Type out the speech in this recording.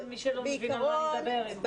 בעיקרון,